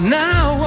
now